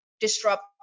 disrupt